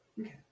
Okay